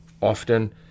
Often